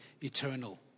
eternal